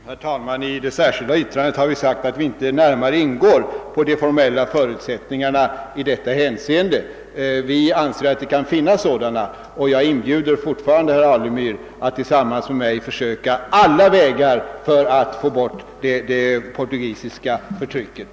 Herr talman! I det särskilda yttrandet har vi framhållit, att vi inte närmare ingår på de formella förutsättningarna i detta hänseende. Vi anser att det kan finnas sådana, och jag inbjuder fortfarande herr Alemyr att till sammans med mig försöka pröva alla vägar för att undanröja det portugisiska förtrycket.